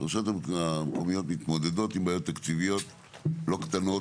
הרשויות המקומיות מתמודדות עם בעיות תקציביות לא קטנות,